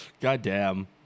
Goddamn